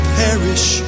perish